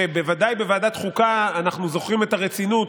שבוודאי בוועדת חוקה אנחנו זוכרים את הרצינות,